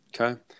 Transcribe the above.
Okay